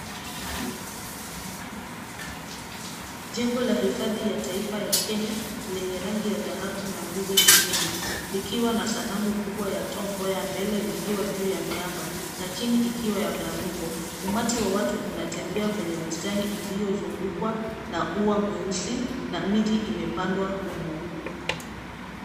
Jengo la hifadhi la taifa ya Kenya lenye rangi ya dhahabu na nguzo nyekundu. Likiwa na sanamu kubwa ya Tom Mboya mbele likiwa juu ya miamba na chini ikiwa na flamingo. Umati wa watu unatembea kwenye bustani iliyozungukwa na ua mweusi na miti imepandwa humu.